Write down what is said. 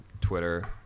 Twitter